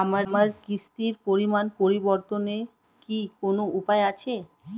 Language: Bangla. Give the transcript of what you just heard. আমার কিস্তির পরিমাণ পরিবর্তনের কি কোনো উপায় আছে?